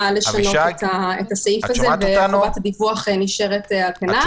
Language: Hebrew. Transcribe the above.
לשנות את הסעיף הזה וחובת הדיווח נשארת על כנה.